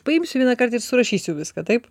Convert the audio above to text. paimsiu vieną kart ir surašysiu viską taip